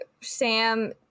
Sam